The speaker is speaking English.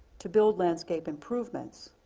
to build landscape improvements,